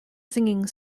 singing